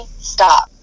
stop